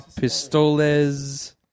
pistoles